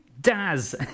Daz